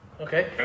Okay